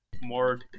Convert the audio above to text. more